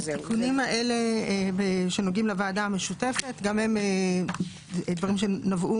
התיקונים שנוגעים לוועדה המשותפת הם גם דברים שנבעו